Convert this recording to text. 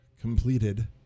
completed